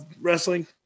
wrestling